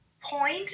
point